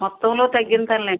మొత్తంలో తగ్గిస్తానులెండి